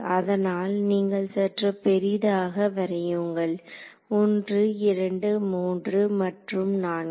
அதனால் நீங்கள் சற்று பெரிதாக வரையுங்கள் 1 2 3 மற்றும் 4